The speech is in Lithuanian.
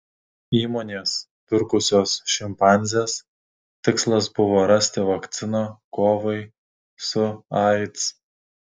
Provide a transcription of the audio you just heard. įmonės pirkusios šimpanzes tikslas buvo rasti vakciną kovai su aids